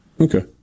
Okay